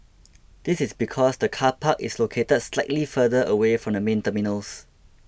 this is because the car park is located slightly further away from the main terminals